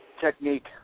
technique